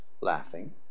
laughing